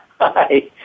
Hi